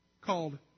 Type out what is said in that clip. called